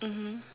mmhmm